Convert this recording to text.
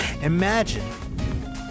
imagine